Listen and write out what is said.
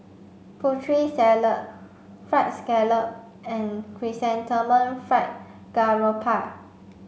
Putri Salad fried scallop and Chrysanthemum Fried Garoupa